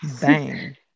bang